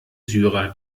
syrer